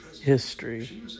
history